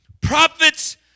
Prophets